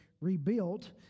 rebuilt